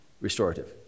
restorative